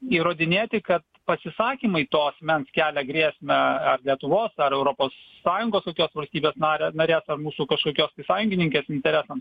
įrodinėti kad pasisakymai to asmens kelia grėsmę lietuvos ar europos sąjungos kokios valstybės narė narės mūsų kažkokios sąjungininkės interesams